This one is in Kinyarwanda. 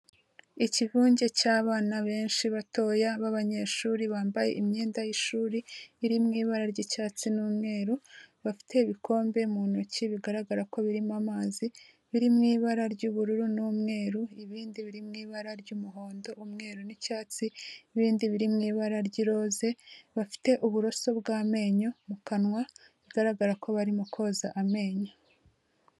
Ikivunge cy'abana benshi batoya b'abanyeshuri bambaye imyenda y'ishuri iri mu ibara ry'icyatsi n'umweru, bafite ibikombe mu ntoki bigaragara ko birimo amazi, biri mu ibara ry'ubururu n'umweru, ibindi biri mu ibara ry'umuhondo, umweru n'icyatsi, ibindi biri mu ibara ry'iroze, bafite uburoso bw'amenyo mu kanwa, bigaragara ko barimo koza amenyo.